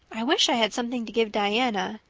i wish i had something to give diana.